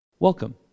Welcome